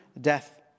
death